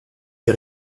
des